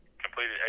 completed